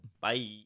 Bye